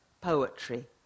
poetry